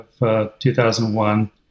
2001